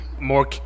more